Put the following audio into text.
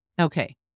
Okay